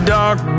dark